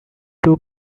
two